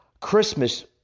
Christmas